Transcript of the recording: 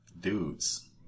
dudes